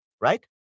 Right